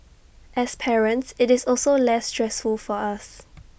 as parents IT is also less stressful for us